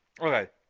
okay